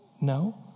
No